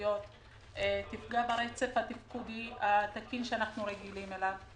המחשוביות תפגע ברצף התפקודי התקין שאנו רגילים אליו.